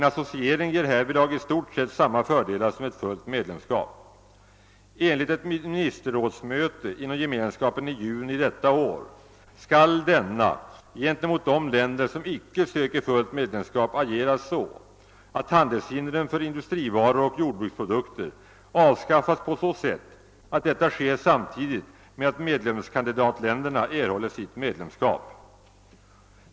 En associering ger härvidlag i stort sett samma fördelar som ett fullt medlemskap. Enligt ett ministerrådsmöte inom Gemenskapen i juni detta år skall denna gentemot de länder som icke söker fullt medlemskap agera så, att handelshindren för industrivaror och jordbruksprodukter avskaffas på så sätt, att detta sker samtidigt med att medlemskandidatländerna erhåller sitt medlemskap.